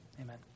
amen